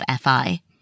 FI